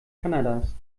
kanadas